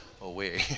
away